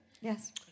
yes